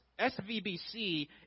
SVBC